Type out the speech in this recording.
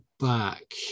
Back